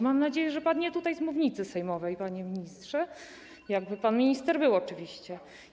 Mam nadzieję, że padnie tutaj z mównicy sejmowej, panie ministrze - jakby pan minister był oczywiście.